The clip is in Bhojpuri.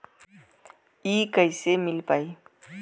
इ कईसे मिल पाई?